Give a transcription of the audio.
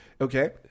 Okay